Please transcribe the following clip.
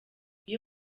iyo